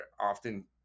often